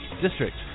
district